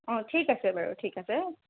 অঁ ঠিক আছে বাৰু ঠিক আছে